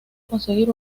conseguir